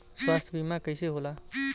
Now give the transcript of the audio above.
स्वास्थ्य बीमा कईसे होला?